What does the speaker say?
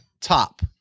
top